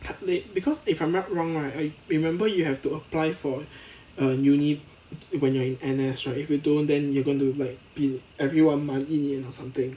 because if I'm not wrong right I remember you have to apply for err uni when you're in N_S right if you don't then you're going to like 比 everyone 慢一年 or something